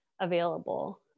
available